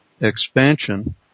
expansion